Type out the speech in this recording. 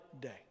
day